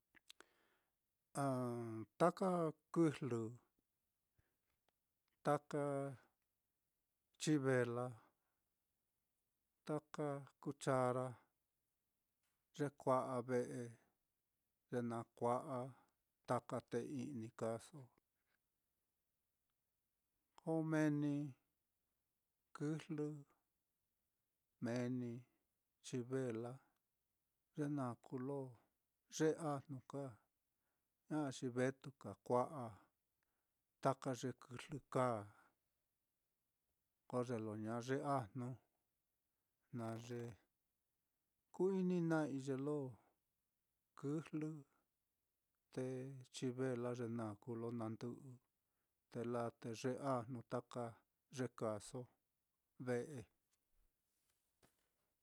ah taka kɨjlɨ, taka chivela, taka kuchara, ye kua'a ve'e, ye naá kua'a taka té i'ni kaaso, koo meeni kɨjlɨ, meeni chivela, ye naá kuu lo yee ajnu ka, ña'a xi vetuka kua'a taka ye kɨjlɨ kaa, ko ye lo ña yee ajnu, na ye ku-ini na'i ye lo kɨjlɨ, te chivela, ye naá kuu ye lo nandɨ'ɨ, te laa te yee ajnu taka ye kaaso ve'e.